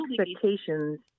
expectations